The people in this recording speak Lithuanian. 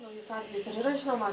naujus atvejus ar yra žinoma